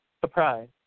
surprise